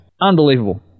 Unbelievable